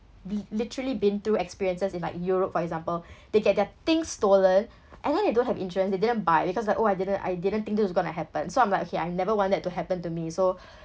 li~ literally been through experiences in like europe for example they get their things stolen and then they don't have insurance they didn't buy because like oh I didn't I didn't think this was gonna happen so I'm like okay I never want that to happen to me so